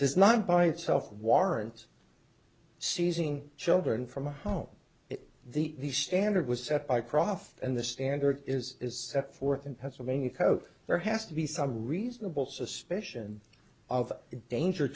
does not by itself warrants seizing children from a home the standard was set by prof and the standard is set forth in pennsylvania code there has to be some reasonable suspicion of danger